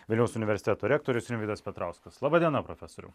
vilniaus universiteto rektorius rimvydas petrauskas laba diena profesoriau